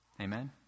Amen